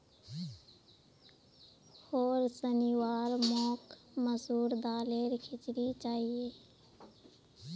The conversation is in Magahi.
होर शनिवार मोक मसूर दालेर खिचड़ी चाहिए